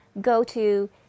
go-to